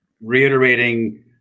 reiterating